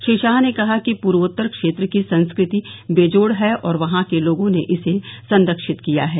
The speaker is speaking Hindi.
श्री शाह ने कहा कि पूर्वोत्तर क्षेत्र की संस्कृति बेजोड़ है और वहां के लोगों ने इसे संरक्षित किया है